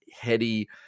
heady